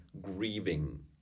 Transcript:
grieving